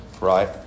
Right